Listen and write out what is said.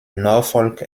norfolk